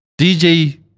DJ